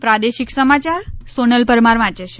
પ્રાદેશિક સમાચાર સોનલ પરમાર વાંચે છે